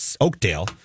Oakdale